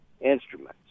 Instruments